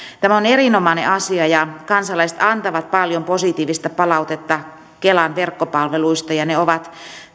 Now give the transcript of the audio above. tämä on erinomainen asia kansalaiset antavat paljon positiivista palautetta kelan verkkopalveluista ja ne ovat